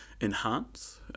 enhance